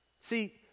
See